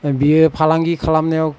बेयो फालांगि खालामनायाव